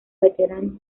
veteranos